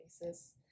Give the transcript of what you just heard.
basis